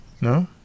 No